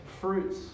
fruits